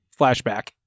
flashback